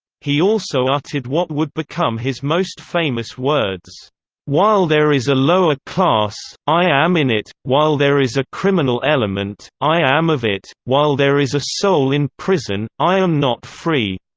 he also uttered what would become his most famous words while there is a lower class, i am in it while there is a criminal element, i am of it while there is a soul in prison, i am not free.